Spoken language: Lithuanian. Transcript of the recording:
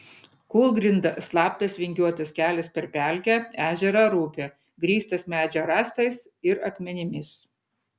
kūlgrinda slaptas vingiuotas kelias per pelkę ežerą ar upę grįstas medžio rąstais ir akmenimis